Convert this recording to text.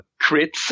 crits